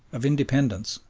of independence,